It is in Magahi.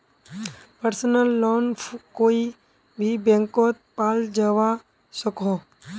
पर्सनल लोन कोए भी बैंकोत पाल जवा सकोह